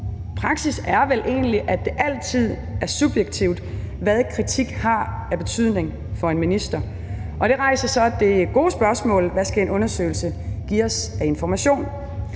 Praksis er vel egentlig, at det altid er subjektivt, hvad kritik har af betydning for en minister. Det rejser så det gode spørgsmål: Hvad skal en undersøgelse give os af information?